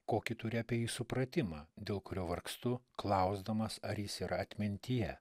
kokį turi apie jį supratimą dėl kurio vargstu klausdamas ar jis yra atmintyje